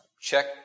check